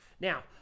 Now